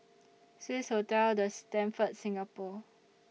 Swissotel The Stamford Singapore